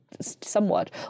somewhat